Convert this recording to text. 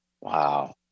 Wow